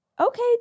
okay